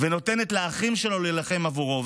ונותן לאחים שלו להילחם עבורו.